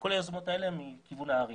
כל היוזמות האלה הן מכיוון הערים.